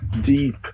deep